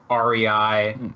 REI